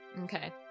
Okay